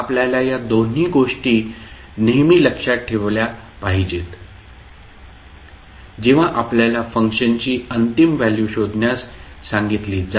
आपल्याला या दोन गोष्टी नेहमी लक्षात ठेवल्या पाहिजेत जेव्हा आपल्याला फंक्शनची अंतिम व्हॅल्यू शोधण्यास सांगितली जाते